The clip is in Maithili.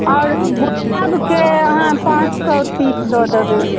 आओर गुलाबके अहाँ पाँच सओ पीस दऽ देबै